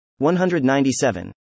197